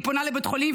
היא פונה לבית חולים,